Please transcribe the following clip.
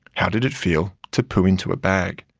how did it feel to poo into a bag?